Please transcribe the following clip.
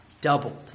doubled